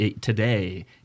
today